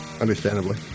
Understandably